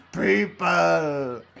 people